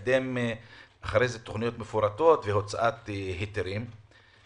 כן לקדם תוכניות מפורטות והוצאת היתרים.